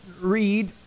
read